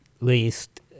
least